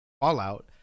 Fallout